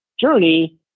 journey